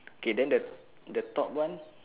okay then the the top one